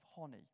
honey